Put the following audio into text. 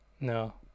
no